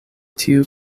tiu